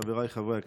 חבריי חברי הכנסת,